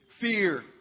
Fear